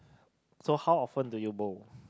so how often do you bowl